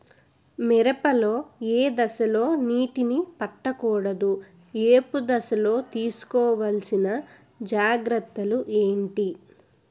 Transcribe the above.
మిరప లో ఏ దశలో నీటినీ పట్టకూడదు? ఏపు దశలో తీసుకోవాల్సిన జాగ్రత్తలు ఏంటి?